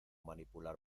manipular